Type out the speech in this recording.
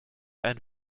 ein